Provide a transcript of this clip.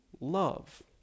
love